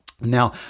Now